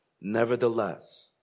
nevertheless